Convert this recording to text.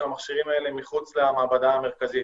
המכשירים האלה מחוץ למעבדה המרכזית.